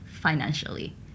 financially